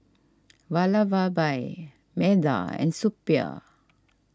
Vallabhbhai Medha and Suppiah